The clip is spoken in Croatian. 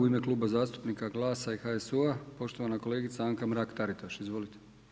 U ime Kluba zastupnika GLAS-a i HSU-a, poštovana kolegica Anka Mrak-Taritaš, izvolite.